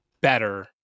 better